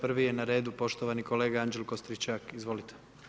Prvi je na redu poštovani kolega Anđelko Stričak, izvolite.